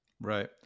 Right